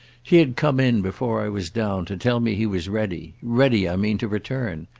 he had come in, before i was down, to tell me he was ready ready, i mean, to return.